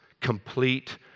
complete